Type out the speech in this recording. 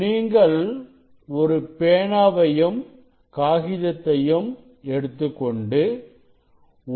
நீங்கள் ஒரு பேனாவையும் காகிதத்தையும் எடுத்துக்கொண்டு 1 0